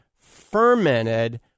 fermented